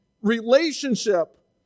relationship